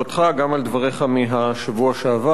וגם על דבריך מהשבוע שעבר.